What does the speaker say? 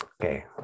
Okay